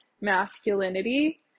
masculinity